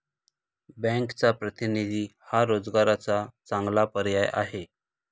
बँकचा प्रतिनिधी हा रोजगाराचा चांगला पर्याय आहे